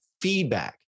feedback